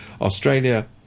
Australia